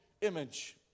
image